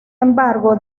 embargo